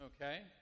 Okay